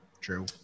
True